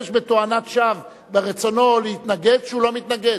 בתואנת שווא ברצונו להתנגד כשהוא לא מתנגד.